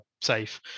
safe